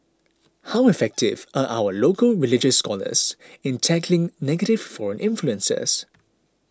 how effective are our local religious scholars in tackling negative foreign influences